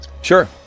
sure